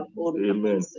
amen